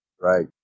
Right